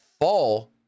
fall